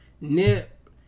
Nip